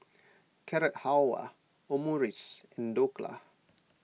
Carrot Halwa Omurice and Dhokla